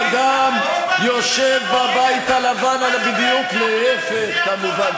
האדם, יושב בבית הלבן, אבל בדיוק להפך, כמובן.